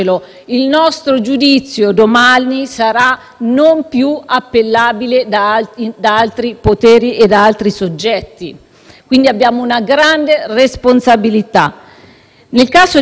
e da altri soggetti. Quindi abbiamo una grande responsabilità. Nel caso di specie, l'interesse pubblico indicato dal ministro Salvini a giustificazione della sua condotta